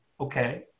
Okay